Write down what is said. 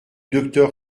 docteur